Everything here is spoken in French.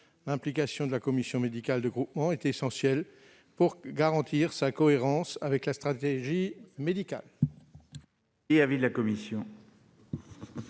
L'implication de la commission médicale de groupement est essentielle pour garantir sa cohérence avec la stratégie médicale.